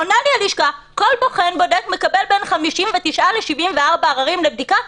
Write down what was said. עונה לי הלשכה כל בוחן בודק מקבל בין 59 ל-74 עררים לבדיקה,